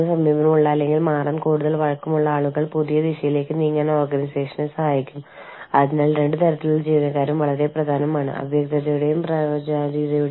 ലോകമെമ്പാടുമുള്ള അന്താരാഷ്ട്ര എച്ച്ആർ പ്രോഗ്രാമുകളുടെ ഡെലിവറിക്കായി മാനവ വിഭവശേഷി അടിസ്ഥാന സൌകര്യങ്ങളിൽ വളരെ കുറച്ച് സ്ഥിരത മാത്രമേ ഉള്ളൂ